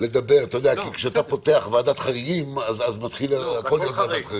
לדבר כי כשאתה פותח ועדת חריגים אז מתחיל הכול דרך ועדת חריגים.